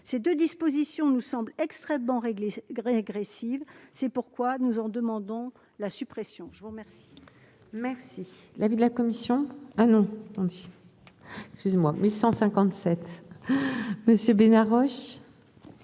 Ces deux dispositions nous semblent extrêmement régressives. C'est pourquoi nous en demandons la suppression. L'amendement